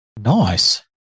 nice